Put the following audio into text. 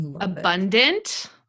abundant